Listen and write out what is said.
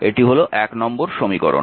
এটি হল নম্বর সমীকরণ